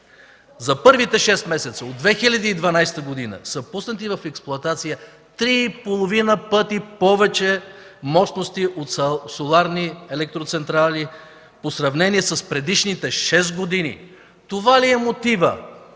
за първите шест месеца от 2012 г. са пуснати в експлоатация 3,5 пъти повече мощности от соларни електроцентрали в сравнение с предишните шест години. Това ли е мотивът